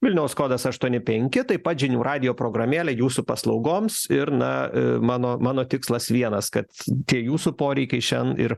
vilniaus kodas aštuoni penki taip pat žinių radijo programėlė jūsų paslaugoms ir na mano mano tikslas vienas kad tie jūsų poreikiai šiandien ir